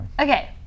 Okay